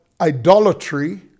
idolatry